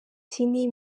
tiny